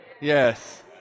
Yes